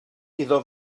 iddo